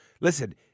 Listen